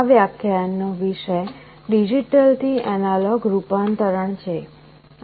આ વ્યાખ્યાન નો વિષય ડિજિટલ થી એનાલોગ રૂપાંતરણ છે